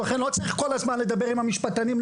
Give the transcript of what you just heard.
לכן לא צריך כל הזמן לדבר עם המשפטנים.